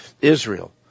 Israel